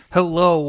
Hello